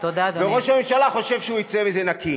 וראש הממשלה חושב שהוא יצא מזה נקי.